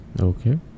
okay